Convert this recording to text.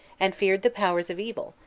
and feared the powers of evil,